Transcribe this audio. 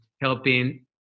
helping